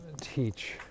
teach